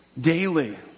daily